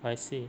kiasi